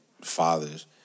fathers